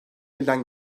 elden